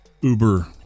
uber